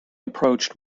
approached